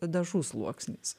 dažų sluoksnis